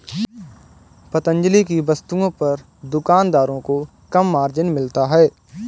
पतंजलि की वस्तुओं पर दुकानदारों को कम मार्जिन मिलता है